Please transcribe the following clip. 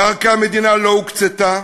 קרקע המדינה לא הוקצתה,